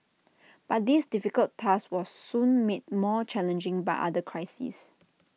but this difficult task was soon made more challenging by another crisis